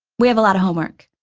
we have a lot of homework.